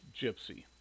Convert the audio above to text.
Gypsy